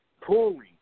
pulling